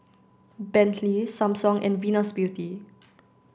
Bentley Samsung and Venus Beauty